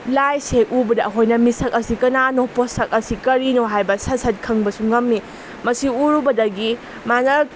ꯂꯥꯏꯁꯦ ꯎꯕꯗ ꯑꯩꯈꯣꯏꯅ ꯃꯤꯁꯛ ꯑꯁꯦ ꯀꯅꯥꯅꯣ ꯄꯣꯛꯁꯛ ꯑꯁꯦ ꯀꯔꯤꯅꯣ ꯍꯥꯏꯕ ꯁꯠ ꯁꯠ ꯈꯪꯕꯁꯨ ꯉꯝꯃꯤ ꯃꯁꯤ ꯎꯔꯨꯕꯗꯒꯤ ꯃꯥꯅ